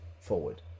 forward